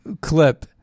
clip